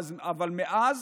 אבל מאז